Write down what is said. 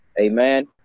Amen